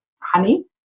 honey